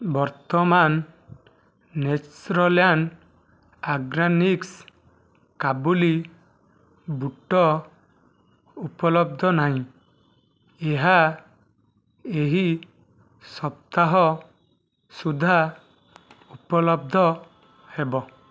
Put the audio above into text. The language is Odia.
ବର୍ତ୍ତମାନ ନେଚର୍ଲ୍ୟାଣ୍ଡ୍ ଅର୍ଗାନିକ୍ସ୍ କାବୁଲି ବୁଟ ଉପଲବ୍ଧ ନାହିଁ ଏହା ଏହି ସପ୍ତାହ ସୁଦ୍ଧା ଉପଲବ୍ଧ ହେବ